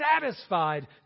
satisfied